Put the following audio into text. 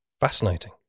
Fascinating